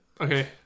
okay